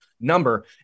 number